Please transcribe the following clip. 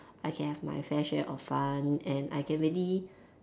I can have my fair share of fun and I can really